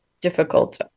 difficult